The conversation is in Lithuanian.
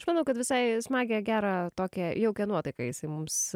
aš manau kad visai smagią gerą tokią jaukią nuotaiką jisai mums